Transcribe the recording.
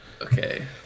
okay